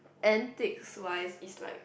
antiques wise is like